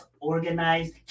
Organized